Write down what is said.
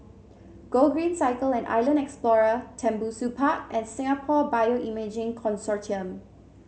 Gogreen Cycle and Island Explorer Tembusu Park and Singapore Bioimaging Consortium